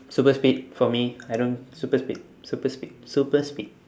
super speed for me I don't super speed super speed super speed